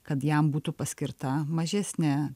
kad jam būtų paskirta mažesnė